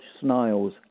snails